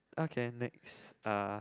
okay next uh